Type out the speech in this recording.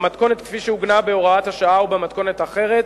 במתכונת שעוגנה בהוראת השעה או במתכונת אחרת,